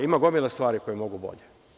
Ima gomila stvari koja može bolje.